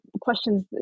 questions